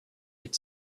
had